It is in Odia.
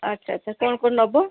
ଆଚ୍ଛା ଆଚ୍ଛା କ'ଣ କ'ଣ ନବ